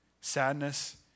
Sadness